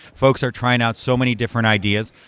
folks are trying out so many different ideas.